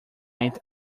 night